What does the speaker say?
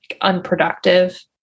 unproductive